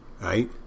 Right